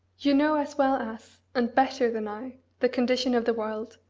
you know as well as, and better than i, the condition of the world,